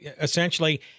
essentially